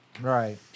right